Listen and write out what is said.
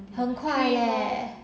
很快 leh